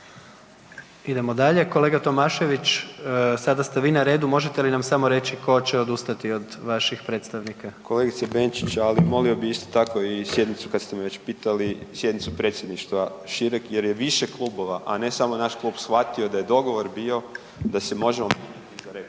Idemo dalje, kolega Tomašević sada ste vi na redu. Možete li nam samo reći tko će odustati od vaših predstavnika? **Tomašević, Tomislav (Možemo!)** Kolegica Benčić, ali molio bih isto tako i sjednicu kad ste me već pitali sjednicu Predsjedništva šireg jer je više klubova, a ne samo naš klub shvatio da je dogovor bio da se možemo … /Govornik